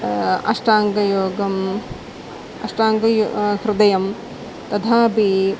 अष्टाङ्गयोगम् अष्टाङ्गहृदयं तथापि